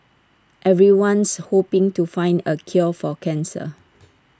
everyone's hoping to find the cure for cancer